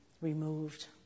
removed